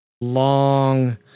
long